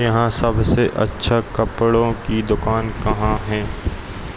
यहाँ सबसे अच्छा कपड़ों की दुकान कहाँ है